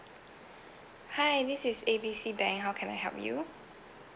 hi this is A B C bank how can I help you